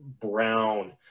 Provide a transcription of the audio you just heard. brown